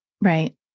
Right